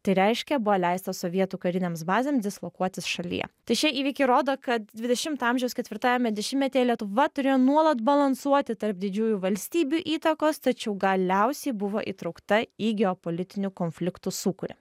tai reiškia buvo leista sovietų karinėms bazėms dislokuotis šalyje tai šie įvykiai rodo kad dvidešimto amžiaus ketvirtajame dešimtmetyje lietuva turėjo nuolat balansuoti tarp didžiųjų valstybių įtakos tačiau galiausiai buvo įtraukta į geopolitinių konfliktų sūkurį